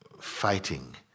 fighting